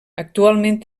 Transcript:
actualment